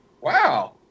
Wow